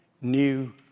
new